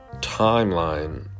timeline